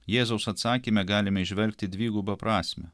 jėzaus atsakyme galime įžvelgti dvigubą prasmę